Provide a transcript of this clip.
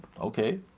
Okay